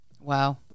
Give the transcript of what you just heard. Wow